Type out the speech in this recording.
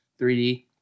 3D